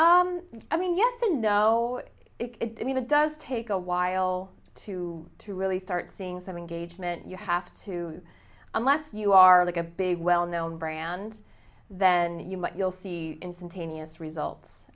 i mean yes and no it does take a while to to really start seeing some engagement you have to unless you are like a big well known brand than you might you'll see instantaneous results